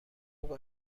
خوب